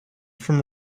from